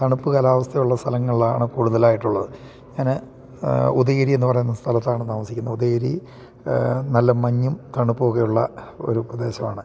തണുപ്പ് കാലാവസ്ഥ ഉള്ള സ്ഥലങ്ങളിലാണ് കൂടുതൽ ആയിട്ടുള്ളത് ഞാൻ ഉദയഗിരി എന്ന് പറയുന്ന സ്ഥലത്താണ് താമസിക്കുന്നത് ഉദയഗിരി നല്ല മഞ്ഞും തണുപ്പും ഒക്കെ ഉള്ള ഒരു പ്രദേശമാണ്